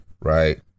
right